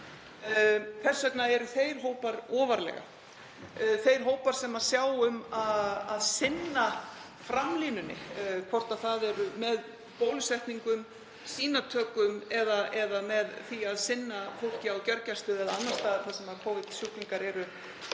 Þess vegna eru þeir hópar ofarlega. Þeir hópar sem sjá um að sinna framlínunni, hvort það er með bólusetningum, sýnatökum eða með því að sinna fólki á gjörgæslu eða annars staðar þar sem Covid-sjúklingar eru